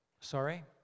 Sorry